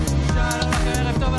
עד 2,500 שקלים,